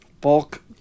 Bulk